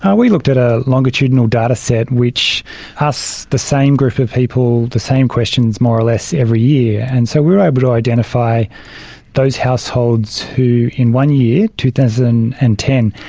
um we looked at a longitudinal dataset which asks the same group of people the same questions more or less every year, and so we were able to identify those households who in one year, two thousand and ten,